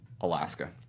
Alaska